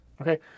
Okay